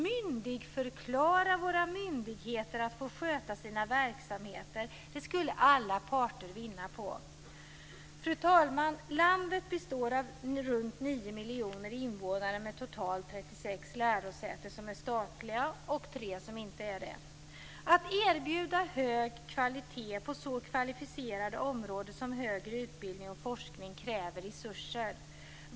Myndighetsförklara våra myndigheter att sköta sina verksamheter. Det skulle alla parter vinna på. Fru talman! Landet består av runt 9 miljoner invånare med totalt 36 lärosäten som är statliga och tre som inte är det. Att erbjuda hög kvalitet på så kvalificerade områden som högre utbildning och forskning kräver resurser.